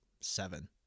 seven